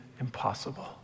impossible